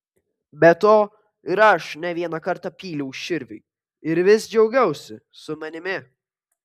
be to ir aš ne vieną kartą pyliau širviui ir vis džiaugiausi su manimi